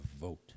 vote